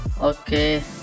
okay